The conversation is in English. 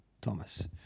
Thomas